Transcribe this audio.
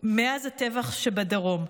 מאז הטבח בדרום.